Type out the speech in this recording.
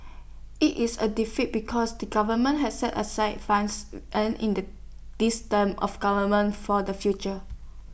IT is A defeat because the government has set aside funds earned in the this term of government for the future